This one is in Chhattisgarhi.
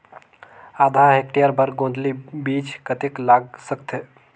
आधा हेक्टेयर बर गोंदली बीच कतेक लाग सकथे?